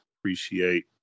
appreciate